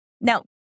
Now